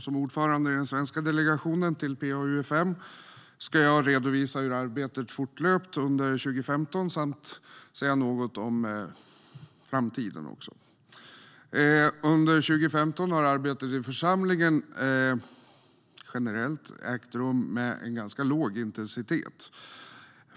Som ordförande i den svenska delegationen till PA-UfM ska jag redovisa hur arbetet fortlöpt under 2015 och säga något om framtiden. Under 2015 har arbetet i församlingen generellt ägt rum med en ganska låg intensitet.